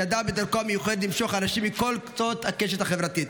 שידע בדרכו המיוחדת למשוך אנשים מכל קצות הקשת החברתית.